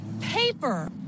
paper